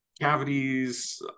Cavities